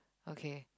okay